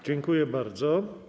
Dziękuję bardzo.